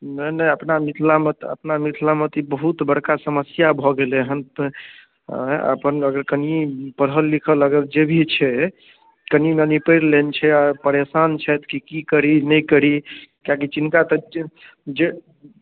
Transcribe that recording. नहि नहि अपना मिथिलामे तऽ अपना मिथिलामे तऽ ई बहुत बड़का समस्या भऽ गेलै हँ तऽ अपन अगर कनि पढ़ल लिखल अगर जे भी छै कनि मनि पढ़ि लेने छै आ परेशान छथि कि की करी की नहि करी किएकि चिन्ता तऽ जे